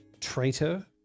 traitor